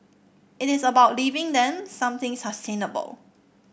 it is about leaving them something sustainable